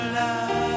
love